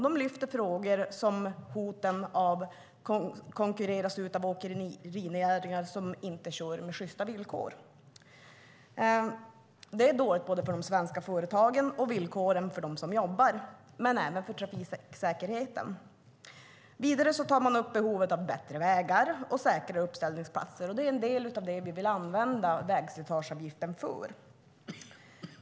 De lyfter fram frågor om hoten att konkurreras ut av åkerinäringar som inte kör med sjysta villkor. Det är dåligt för de svenska företagen, för villkoren för dem som jobbar och för trafiksäkerheten. Vidare tar de upp behovet av bättre vägar och säkrare uppställningsplatser. Det är en del av det som vi vill använda vägslitageavgiften till.